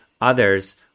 others